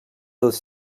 dels